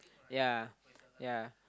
yea yea